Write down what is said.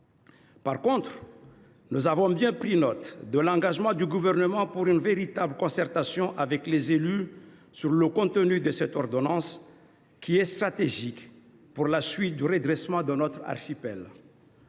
Cependant, nous avons bien pris note de l’engagement du Gouvernement de mettre en œuvre une véritable concertation avec les élus sur le contenu de cette ordonnance stratégique pour la suite du redressement de notre archipel.